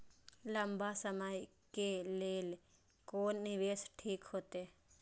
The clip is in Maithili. लंबा समय के लेल कोन निवेश ठीक होते?